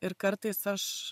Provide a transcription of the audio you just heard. ir kartais aš